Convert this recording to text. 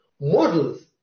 models